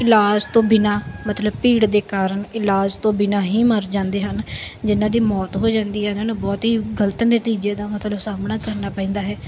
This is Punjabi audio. ਇਲਾਜ ਤੋਂ ਬਿਨਾਂ ਮਤਲਬ ਭੀੜ ਦੇ ਕਾਰਨ ਇਲਾਜ ਤੋਂ ਬਿਨਾਂ ਹੀ ਮਰ ਜਾਂਦੇ ਹਨ ਜਿਹਨਾਂ ਦੀ ਮੌਤ ਹੋ ਜਾਂਦੀ ਹੈ ਇਹਨਾਂ ਨੂੰ ਬਹੁਤ ਹੀ ਗਲਤ ਨਤੀਜੇ ਦਾ ਮਤਲਬ ਸਾਹਮਣਾ ਕਰਨਾ ਪੈਂਦਾ ਹੈ